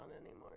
anymore